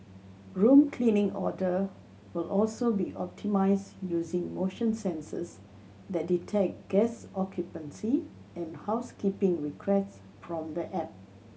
room cleaning order will also be optimised using motion sensors that detect guest occupancy and housekeeping requests from the app